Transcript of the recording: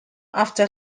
after